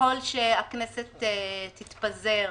ככל שהכנסת תתפזר